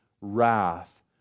wrath